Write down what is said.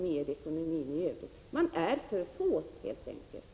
De anställda är för få helt enkelt.